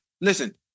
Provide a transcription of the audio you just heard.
listen